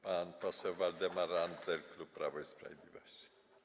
Pan poseł Waldemar Andzel, klub Prawo i Sprawiedliwość.